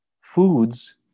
foods